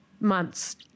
months